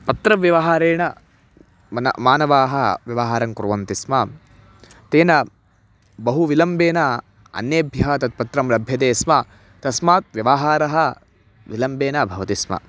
पत्रव्यवहारेण मन मानवाः व्यवहारं कुर्वन्ति स्म तेन बहु विलम्बेन अन्येभ्यः तत्पत्रं लभ्यते स्म तस्मात् व्यवहारः विलम्बेन भवति स्म